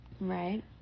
Right